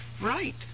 right